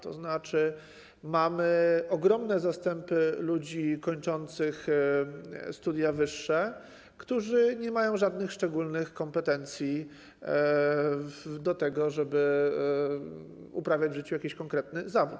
To znaczy mamy ogromne zastępy ludzi kończących studia wyższe, którzy nie mają żadnych szczególnych kompetencji do tego, żeby uprawiać w życiu jakiś konkretny zawód.